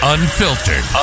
Unfiltered